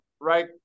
right